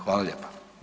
Hvala lijepa.